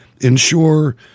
ensure